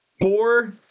Four